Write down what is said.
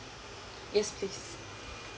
yes please